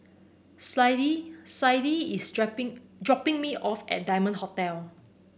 Clydie Clydie is dropping me off at Diamond Hotel